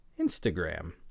Instagram